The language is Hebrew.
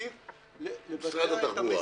משרד התחבורה.